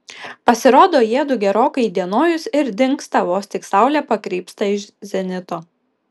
pasirodo jiedu gerokai įdienojus ir dingsta vos tik saulė pakrypsta iš zenito